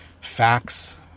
facts